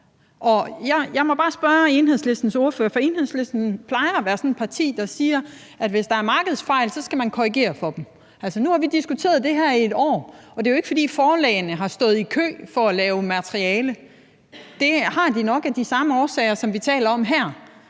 Enhedslisten plejer at være sådan et parti, der siger, at hvis der er markedsfejl, skal man korrigerer for dem. Nu har vi diskuteret det her i et år, og det er jo ikke, fordi forlagene har stået i kø for at lave materiale. Det har de nok ikke af de samme årsager, som vi taler om her,